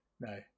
no